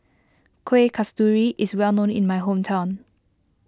Kuih Kasturi is well known in my hometown